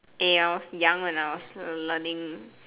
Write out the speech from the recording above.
eh I was young and I was learning